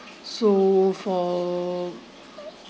so for